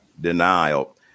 denial